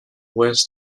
ouest